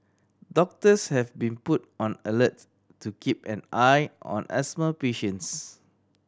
doctors have been put on alert to keep an eye on asthma patients